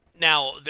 now